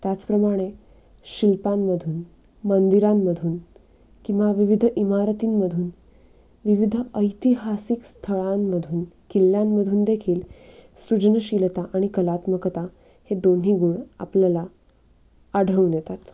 त्याचप्रमाणे शिल्पांमधून मंदिरांमधून किंवा विविध इमारतींमधून विविध ऐतिहासिक स्थळांमधून किल्ल्यांमधूनदेखील सृजनशीलता आणि कलात्मकता हे दोन्ही गुण आपल्याला आढळून येतात